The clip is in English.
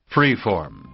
Freeform